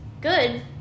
good